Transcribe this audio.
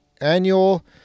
Annual